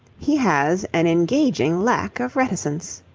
he has an engaging lack of reticence.